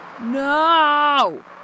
No